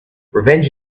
revenge